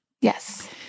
yes